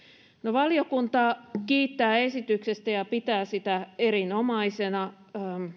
valiokunta kiittää esityksestä ja pitää sitä erinomaisena